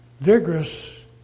vigorous